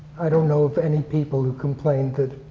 i don't know of any people who complained that